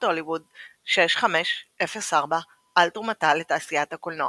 הוליווד 6504 על תרומתה לתעשיית הקולנוע.